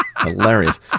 Hilarious